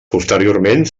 posteriorment